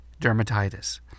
dermatitis